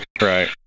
Right